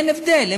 ואין הבדל,